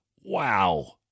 Wow